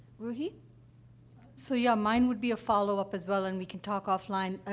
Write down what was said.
ruhi? so, yeah, mine would be a follow-up, as well, and we can talk offline. ah,